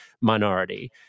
minority